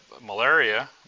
malaria